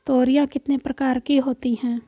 तोरियां कितने प्रकार की होती हैं?